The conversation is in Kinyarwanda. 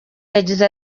yagize